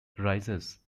arises